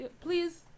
please